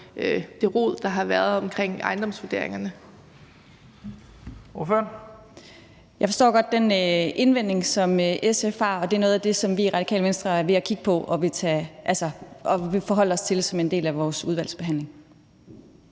Ordføreren. Kl. 11:23 Lotte Rod (RV): Jeg forstår godt den indvending, som SF har, og det er noget af det, vi i Radikale Venstre er ved at kigge på og vil forholde os til som en del af vores udvalgsbehandling.